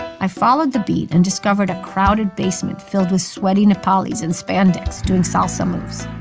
i followed the beat and discovered a crowded basement filled with sweaty nepalis in spandex doing salsa moves.